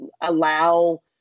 allow